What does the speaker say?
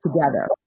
together